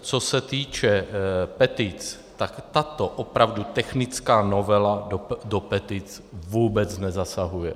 Co se týče petic, tak tato opravdu technická novela do petic vůbec nezasahuje.